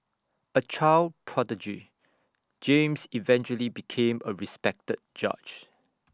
A child prodigy James eventually became A respected judge